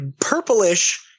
purplish